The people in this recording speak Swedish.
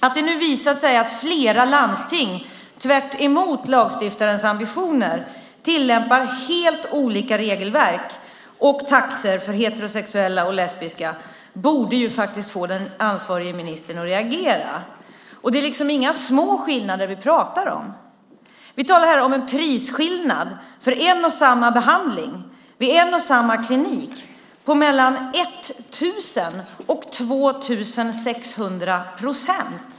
Att det nu visat sig att flera landsting, tvärtemot lagstiftarens ambitioner, tillämpar helt olika regelverk och taxor för heterosexuella och lesbiska borde faktiskt få den ansvarige ministern att reagera. Det är inga små skillnader vi pratar om. Vi talar här om en prisskillnad för en och samma behandling vid en och samma klinik på mellan 1 000 och 2 600 procent.